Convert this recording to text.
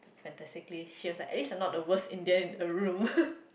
fantastically he was like at least I'm not the worst Indian in the room